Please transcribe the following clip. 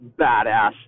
badass